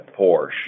Porsche